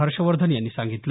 हर्षवर्धन यांनी सांगितलं